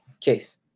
case